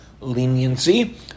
leniency